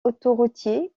autoroutier